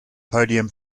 podium